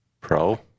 Pro